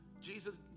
Jesus